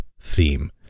theme